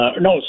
no